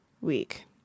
week